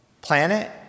planet